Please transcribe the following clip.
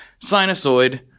Sinusoid